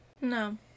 No